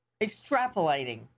extrapolating